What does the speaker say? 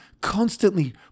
constantly